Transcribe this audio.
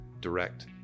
direct